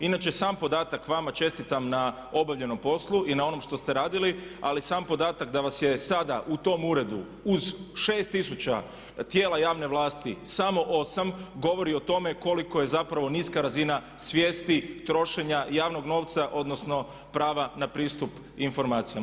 Inače sam podatak, vama čestitam na obavljenom poslu i na onom što ste radili ali sam podatak da vas je sada u tom uredu u 6000 tisuća tijela javne vlasti samo 8 govori o tome koliko je zapravo niska razina svijesti trošenja javnog novca odnosno prava na pristup informacijama.